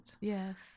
Yes